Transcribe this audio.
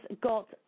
got